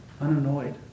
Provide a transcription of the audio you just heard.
unannoyed